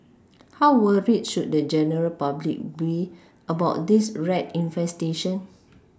how worried should the general public be about this rat infestation